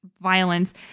violence